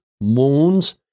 Moons